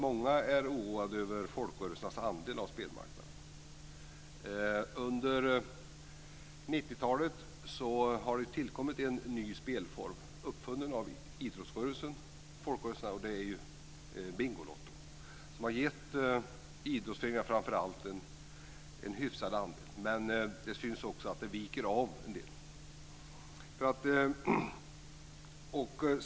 Många är oroade över folkrörelsernas andel av spelmarknaden. Under 90-talet har det tillkommit en ny spelform, uppfunnen av idrottsrörelsen och folkrörelserna, och det är Bingolotto, som gett idrottsföreningarna framför allt en hyfsad andel. Men det syns också att den viker av en del.